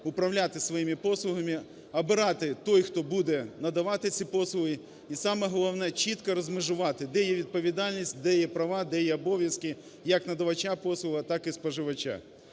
управляти своїми послугами, обирати того, хто буде надавати ці послуги, і саме головне, чітко розмежувати, де є відповідальність, де є права, де є обов'язки як надавача послуг, так і споживача.